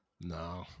No